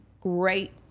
great